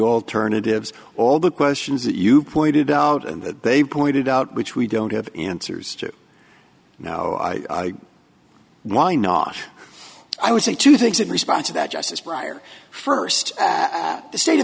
alternatives all the questions that you pointed out and that they pointed out which we don't have answers to no i why not i would say two things in response to that just as prior first the state of